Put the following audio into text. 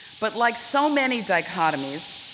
but like so many dichotomies,